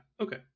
Okay